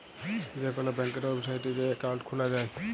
যে কল ব্যাংকের ওয়েবসাইটে যাঁয়ে একাউল্ট খুলা যায়